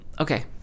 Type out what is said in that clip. Okay